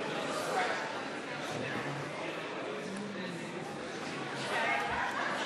של חברת הכנסת עאידה תומא סלימאן וקבוצת חברי הכנסת: בעד ההצעה,